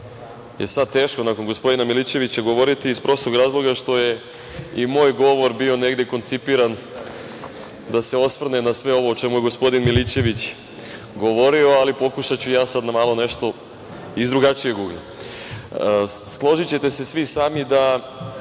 je sada teško nakon gospodina Milićevića govoriti iz prostog razloga što je i moj govor bio negde koncipiran da se osvrne na sve ovo o čemu je gospodin Milićević govorio, ali pokušaću ja sada malo nešto iz drugačijeg ugla. Složićete se svi sami da